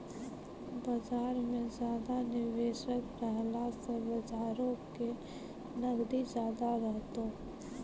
बजार मे ज्यादा निबेशक रहला से बजारो के नगदी ज्यादा रहतै